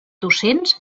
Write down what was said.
docents